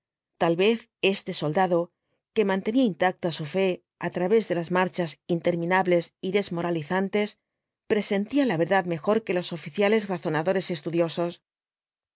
tal vez este soldado que mantenía intacta su fe á través de las marchas interminables y desmoralizantes presentía la verdad mejor que los oficiales razonadores y estudiosos